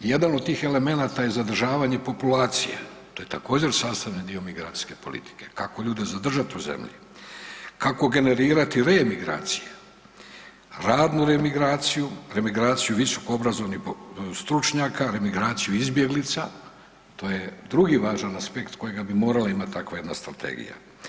Jedan od tih elemenata je zadržavanje populacije to je također sastavni dio migracijske politike, kako ljude zadržati u zemlji, kako generirati reemigracije, radnu remigraciju, remigraciju visoko obrazovnih stručnjaka, remigraciju izbjeglica to je drugi važan aspekt kojega bi morala imati takva jedna strategija.